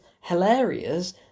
hilarious